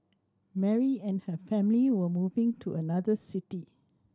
Mary and her family were moving to another city